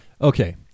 Okay